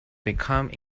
become